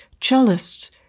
cellists